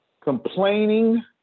complaining